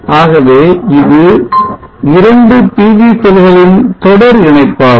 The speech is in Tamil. ஆகவே இது 2 PV செல்களின் தொடர் இணைப்பாகும்